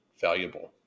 valuable